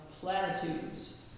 platitudes